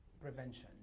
prevention